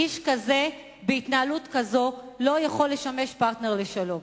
איש כזה, בהתנהלות כזו, לא יכול לשמש פרטנר לשלום.